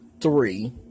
Three